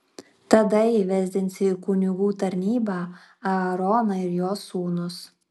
tada įvesdinsi į kunigų tarnybą aaroną ir jo sūnus